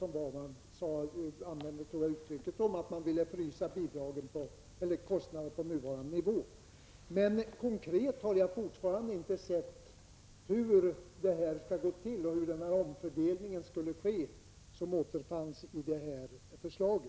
Jag tror att man uttryckte det så att man ville frysa kostnaderna på nuvarande nivå. Men jag har fortfarande inte sett hur detta konkret skulle gå till och hur den omfördelning skulle ske som återfanns i detta förslag.